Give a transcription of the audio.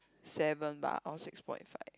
seven bah or six point five